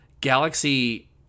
Galaxy